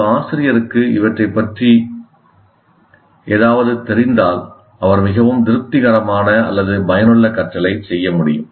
ஒரு ஆசிரியருக்கு இவற்றைப் பற்றி ஏதாவது தெரிந்தால் அவர் மிகவும் திருப்திகரமான அல்லது பயனுள்ள கற்பித்தலைச் செய்ய முடியும்